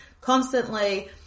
constantly